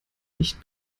nicht